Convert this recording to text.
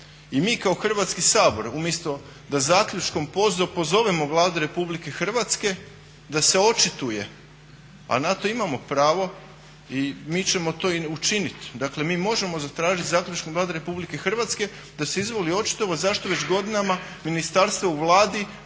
I mi kao Hrvatski sabor umjesto da zaključkom pozovemo Vladu Republike Hrvatske da se očituje, a na to imamo pravo i mi ćemo to i učiniti, dakle mi možemo zatražiti zaključkom Vlade Republike Hrvatske da se izvoli očitovat zašto već godinama ministarstva u Vladi